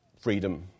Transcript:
freedom